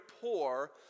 poor